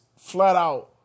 flat-out